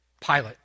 Pilate